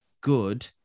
good